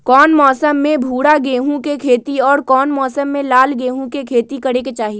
कौन मौसम में भूरा गेहूं के खेती और कौन मौसम मे लाल गेंहू के खेती करे के चाहि?